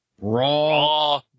raw